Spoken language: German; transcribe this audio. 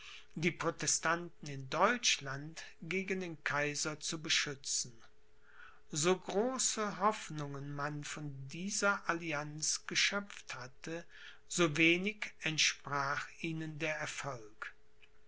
die protestanten in deutschland gegen den kaiser zu beschützen so große hoffnungen man von dieser allianz geschöpft hatte so wenig entsprach ihnen der erfolg